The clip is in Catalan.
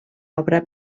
obra